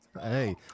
Hey